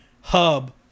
hub